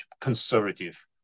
conservative